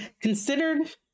considered